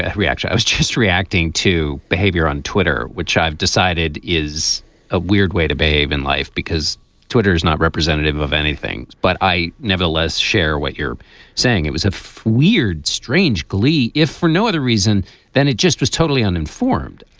and reaction. i was just reacting to behavior on twitter, which i've decided is a weird way to behave in life because twitter is not representative of anything. but i nevertheless share what you're saying it was a weird, strange glee, if for no other reason than it just was totally uninformed.